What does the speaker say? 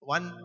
One